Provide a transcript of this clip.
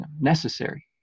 necessary